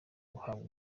guhabwa